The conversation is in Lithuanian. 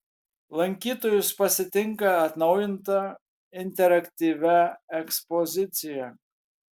lankytojus pasitinka atnaujinta interaktyvia ekspozicija